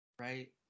right